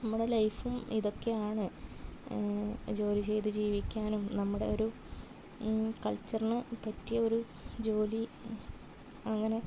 നമ്മുടെ ലൈഫും ഇതൊക്കെയാണ് ജോലി ചെയ്ത് ജീവിക്കാനും നമ്മുടെ ഒരു കൾച്ചറിന് പറ്റിയ ഒരു ജോലി അങ്ങനെ